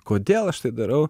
kodėl aš tai darau